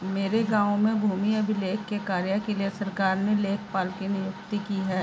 मेरे गांव में भूमि अभिलेख के कार्य के लिए सरकार ने लेखपाल की नियुक्ति की है